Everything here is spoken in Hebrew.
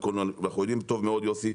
ואנחנו יודעים טוב מאוד יוסי,